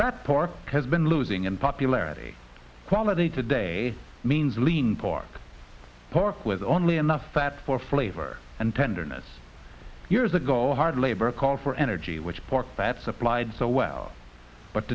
that pork has been losing in popularity quality today means lean pork pork with only enough fat for flavor and tenderness years ago hard labor call for energy which pork that supplied so well but